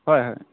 হয় হয়